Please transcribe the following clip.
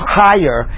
higher